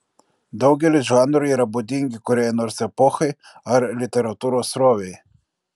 daugelis žanrų yra būdingi kuriai nors epochai ar literatūros srovei